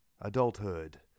adulthood